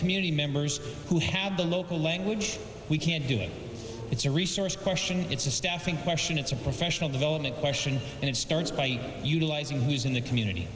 community members who have the local language we can do it it's a resource question it's a staffing question it's a professional development question and it starts by utilizing who's in the community